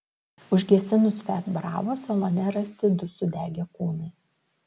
užgesinus fiat bravo salone rasti du sudegę kūnai